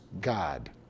God